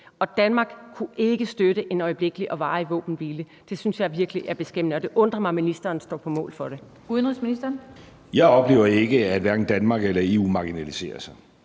og Danmark kunne ikke støtte en øjeblikkelig og varig våbenhvile. Det synes jeg virkelig er beskæmmende, og det undrer mig, at ministeren står på mål for det. Kl. 15:23 Den fg. formand (Annette Lind): Udenrigsministeren.